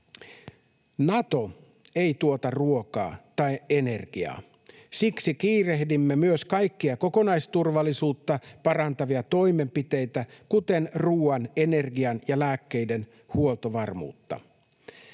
Nato ei tuota ruokaa tai energiaa, siksi kiirehdimme myös kaikkia kokonaisturvallisuutta parantavia toimenpiteitä, kuten ruuan, energian ja lääkkeiden huoltovarmuutta.